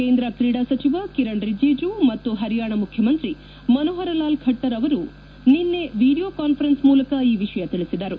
ಕೇಂದ್ರ ಕ್ರೀಡಾ ಸಚಿವ ಕಿರಣ್ ರಿಜಿಜು ಮತ್ತು ಪರಿಯಾಣ ಮುಖ್ಯಮಂತ್ರಿ ಮನೋಪರ ಲಾಲ್ ಖಟ್ಟರ್ ಅವರು ನಿನ್ನೆ ವೀಡಿಯೊ ಕಾನ್ಫರೆನ್ಸ್ ಮೂಲಕ ಈ ವಿಷಯ ತಿಳಿಸಿದರು